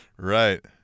Right